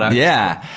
yeah.